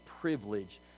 privilege